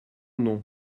nom